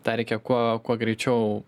tą reikia kuo kuo greičiau